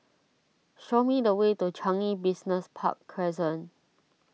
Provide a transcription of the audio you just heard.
show me the way to Changi Business Park Crescent